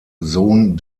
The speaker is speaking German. sohn